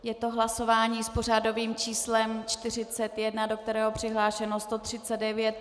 Je to hlasování s pořadovým číslem 41, do kterého je přihlášeno 139.